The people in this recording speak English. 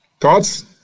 thoughts